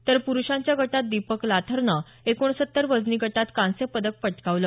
तर प्रुषांच्या गटात दीपक लाथरनं एकोणसत्तर वजनी गटात कांस्यपदक पटकावलं